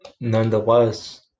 nonetheless